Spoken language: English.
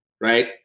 right